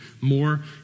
more